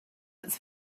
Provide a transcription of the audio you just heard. its